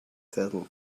saddle